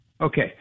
okay